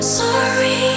sorry